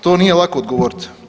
To nije lako odgovoriti.